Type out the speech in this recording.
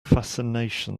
fascination